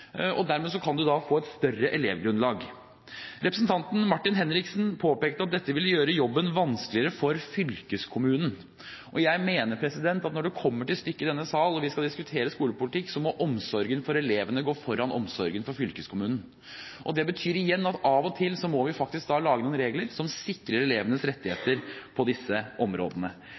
linjene. Dermed kan de få et større elevgrunnlag. Representanten Martin Henriksen påpekte at dette ville gjøre jobben vanskeligere for fylkeskommunen. Jeg mener at når det kommer til stykket i denne salen og vi skal diskutere skolepolitikk, må omsorgen for elevene gå foran omsorgen for fylkeskommunen. Det betyr igjen at av og til må vi lage noen regler som sikrer elevenes rettigheter på disse områdene.